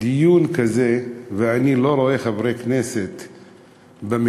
דיון כזה, ואני לא רואה חברי כנסת במליאה,